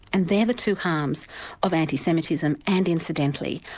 and they're the two harms of anti-semitism and, incidentally,